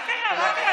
מה קרה, מה קרה?